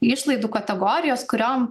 išlaidų kategorijos kuriom